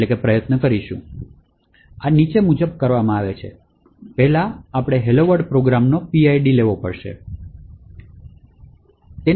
તેથી આ નીચે મુજબ કરવામાં આવે છે પહેલા આપણે હેલો વર્લ્ડ પ્રોગ્રામનો PID લેવાની જરૂર છે